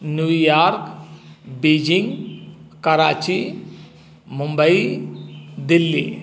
New York Beijing Karachi Mumbai Delhi